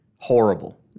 Horrible